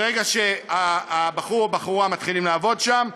ברגע שהבחור או הבחורה מתחילים לעבוד שם,